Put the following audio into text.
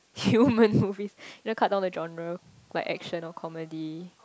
humans movies you wanna cut down the genre like action or comedy